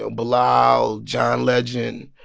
so bilal, john legend,